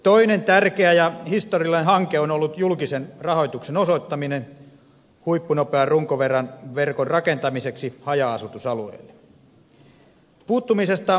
toinen tärkeä ja historiallinen hanke on ollut julkisen rahoituksen osoittaminen huippunopean runkoverkon rakentamiseksi haja asutusalueille